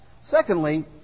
Secondly